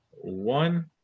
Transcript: one